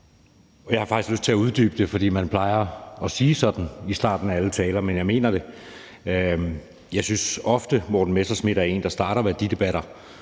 Jeg har faktisk lyst til at uddybe det, for man plejer at sige sådan i starten af alle taler, men jeg mener det. Jeg synes ofte, Morten Messerschmidt er en, der starter værdidebatter,